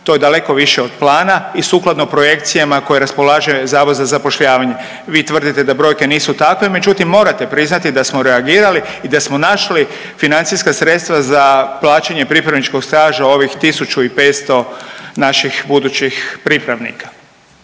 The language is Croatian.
to je daleko više od plana i sukladno projekcijama koje raspolaže zavod za zapošljavanje. Vi tvrdite da brojke nisu takve, međutim morate priznati da smo reagirali i da smo našli financijska sredstva za plaćanje pripravničkog staža ovih 1.500 naših budućih pripravnika.